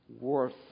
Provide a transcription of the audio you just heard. worth